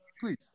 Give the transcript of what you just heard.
please